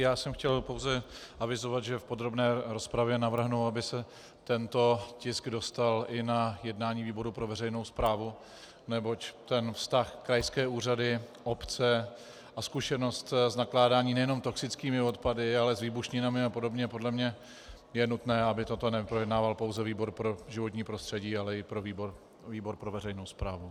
Já jsem chtěl pouze avizovat, že v podrobné rozpravě navrhnu, aby se tento tisk dostal i na jednání výboru pro veřejnou správu, neboť ten vztah krajské úřady obce a zkušenost s nakládáním nejenom s toxickými odpady, ale s výbušninami a podobně, podle mě je nutné, aby toto neprojednával pouze výbor pro životní prostředí, ale i výbor pro veřejnou správu.